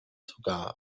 sogar